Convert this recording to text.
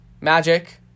Magic